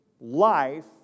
life